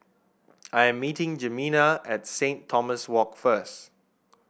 I'am meeting Jimena at Saint Thomas Walk first